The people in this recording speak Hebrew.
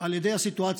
על ידי הסיטואציה.